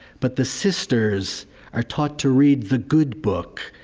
but the sisters are taught to read the good book,